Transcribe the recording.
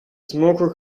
smoker